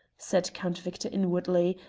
said count victor inwardly,